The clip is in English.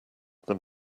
than